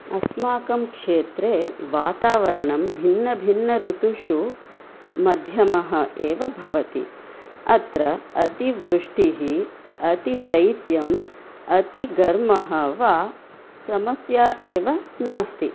अस्माकं क्षेत्रे वातावरणं भिन्नभिन्नऋतुषु मध्यमः एव भवति अत्र अतिवृष्टिः अतिशैत्यम् अतिघर्मः वा समस्या एव नास्ति